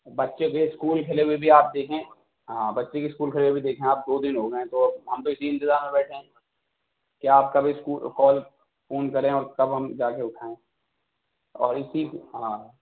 بچے کے اسکول کُھلے ہوئے بھی آپ دیکھیں ہاں بچے کے اسکول کُھلے ہوئے دیکھیں آپ دو دِن ہو گئے ہیں تو ہم تو اِسی اِنتظار میں بیٹھے ہیں کہ آپ کب اسکول کال فون کریں اور کب ہم جا کے اُٹھائیں اور اِسی ہاں